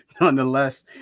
nonetheless